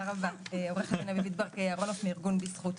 תודה, עוה"ד אביבית ברקאי אהרונוף מארגון בזכות.